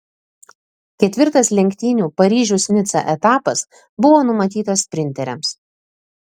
ketvirtas lenktynių paryžius nica etapas buvo numatytas sprinteriams